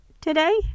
today